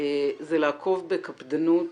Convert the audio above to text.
זה לעקוב בקפדנות